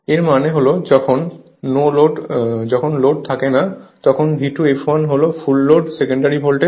এর মানে হল যখন লোড থাকে না তখন V2 fl হল ফুল লোড সেকেন্ডারি ভোল্টেজ